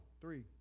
three